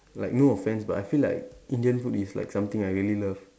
like no offence but I feel like Indian food is like something I really love